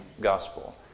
gospel